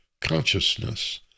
consciousness